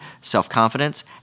self-confidence